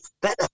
better